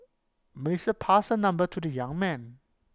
Melissa passed her number to the young man